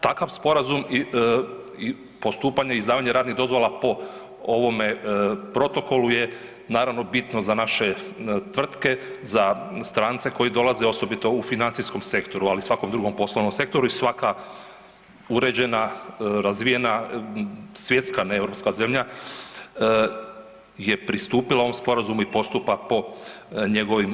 Takav sporazum i postupanje i izdavanje radnih dozvola po ovome protokolu je naravno bitno za naše tvrtke, za strance koji dolaze, osobito u financijskom sektoru, ali i svakom drugom poslovnom sektoru i svaka uređena, razvijena, svijetska, neeuropska zelja je pristupila ovom sporazumu i postupa po njegovim